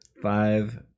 Five